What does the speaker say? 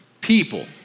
people